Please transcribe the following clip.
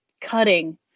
cutting